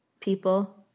people